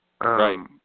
Right